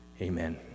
Amen